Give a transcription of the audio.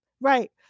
Right